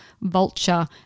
Vulture